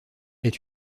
est